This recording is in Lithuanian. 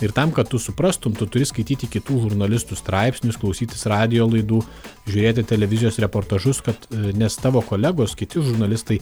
ir tam kad tu suprastum tu turi skaityti kitų žurnalistų straipsnius klausytis radijo laidų žiūrėti televizijos reportažus kad nes tavo kolegos kiti žurnalistai